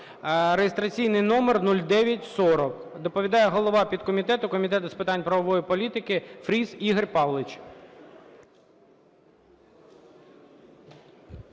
(реєстраційний номер 0940). Доповідає голова підкомітету Комітету з питань правової політики Фріс Ігор Павлович.